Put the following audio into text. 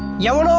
your